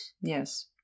Yes